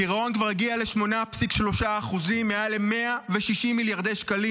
הגירעון כבר הגיע ל-8.3% מעל ל-160 מיליארדי שקלים.